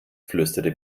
flüsterte